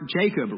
Jacob